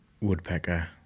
woodpecker